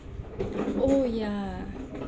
oh yah